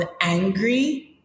angry